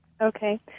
Okay